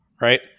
right